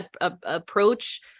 approach